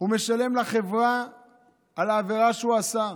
הוא משלם לחברה על העבירה שהוא עשה,